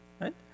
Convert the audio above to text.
right